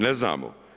Ne znamo.